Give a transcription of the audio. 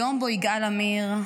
היום שבו יגאל עמיר,